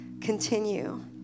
Continue